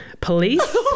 Police